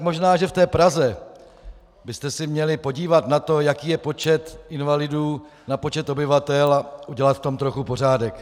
Možná že v té Praze byste se měli podívat na to, jaký je počet invalidů na počet obyvatel, a udělat v tom trochu pořádek.